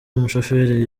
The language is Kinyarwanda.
mushoferi